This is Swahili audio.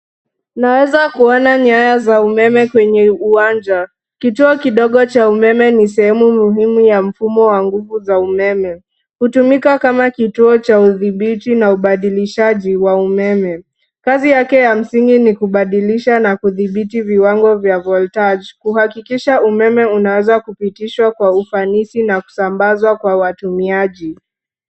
Unaweza kuona nyaya za umeme kwenye uwanja. Kituo kidogo cha umeme ni sehemu muhimu ya mfumo wa nguvu za umeme. Hutumika kama kituo cha udhibiti na ubadilishaji wa umeme. Kazi yake ya msingi ni kubadilisha na kudhibiti viwango vya (cs) voltage (cs) kuhakikisha umeme unaweza kupitishwa kwa ufanisi na kusambazwa kwa watumiaji.